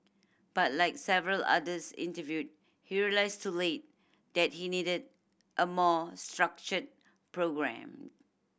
but like several others interviewed he realised too late that he needed a more structured programme